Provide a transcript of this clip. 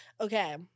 Okay